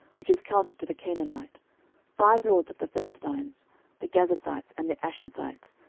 which is counted to the canaanite five lords of the philistines the gazathites, and the ashdothites,